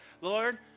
Lord